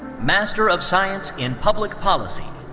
master of science in public policy.